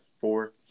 four